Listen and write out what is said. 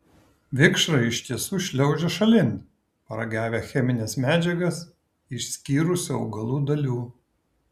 vikšrai iš tiesų šliaužia šalin paragavę chemines medžiagas išskyrusių augalų dalių